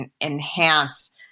enhance